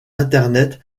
internet